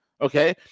Okay